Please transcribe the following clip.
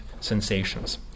sensations